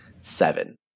seven